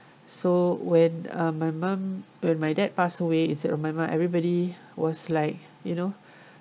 so when uh my mom when my dad passed away instead of my mom everybody was like you know